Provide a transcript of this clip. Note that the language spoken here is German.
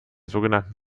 sogenannten